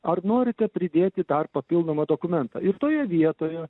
ar norite pridėti dar papildomą dokumentą ir toje vietoje